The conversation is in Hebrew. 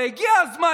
והגיע הזמן,